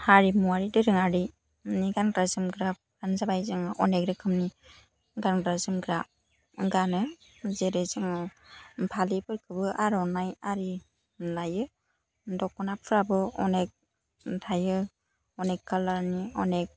हारिमुवारि दोरोङारिनि गानग्रा जोमग्राफ्रानो जाबाय जों अनेक रोखोमनि गानग्रा जोमग्रा गानो जेरै जोङो फालिफोरखौबो आर'नाइ आरि लायो दख'नाफ्राबो अनेक थायो अनेक कालारनि अनेक